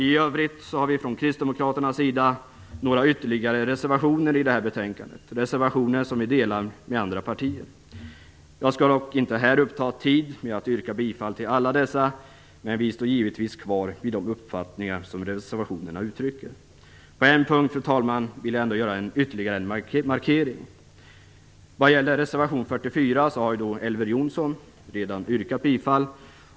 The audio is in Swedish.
I övrigt har vi från kristdemokraternas sida några ytterligare reservationer i detta betänkande - reservationer som vi delar med andra partier. Jag skall dock inte här uppta tid med att yrka bifall till alla dessa, men vi står givetvis kvar vid de uppfattningar som vi i reservationerna uttrycker. Fru talman! På en punkt vill jag ändå göra ytterligare en markering. Vad gäller reservation 44 har Elver Jonsson redan yrkat bifall.